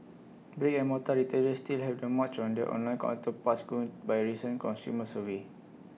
brick and mortar retailers still have the March on their online counterparts going by A recent consumer survey